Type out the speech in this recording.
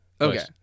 Okay